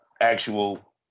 actual